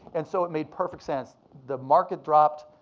and so it made perfect sense. the market dropped.